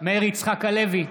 מאיר יצחק הלוי,